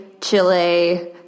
Chile